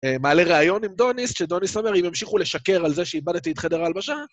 מעלה ראיון עם דוניס, שדוניס אומר אם ימשיכו לשקר על זה שאיבדתי את חדר הלבשה